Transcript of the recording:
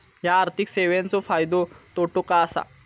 हया आर्थिक सेवेंचो फायदो तोटो काय आसा?